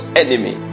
enemy